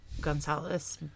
Gonzalez